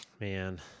Man